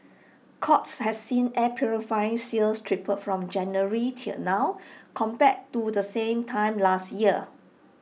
courts has seen air purifier sales triple from January till now compared to the same time last year